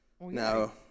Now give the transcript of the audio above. No